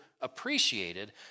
appreciated